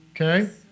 Okay